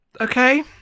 Okay